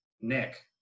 Nick